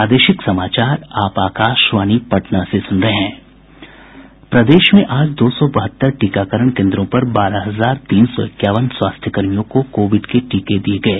प्रदेश में आज दो सौ बहत्तर टीकाकरण केन्द्रों पर बारह हजार तीन सौ इक्यावन स्वास्थ्यकर्मियों को कोविड के टीके दिये गये